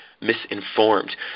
misinformed